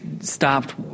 stopped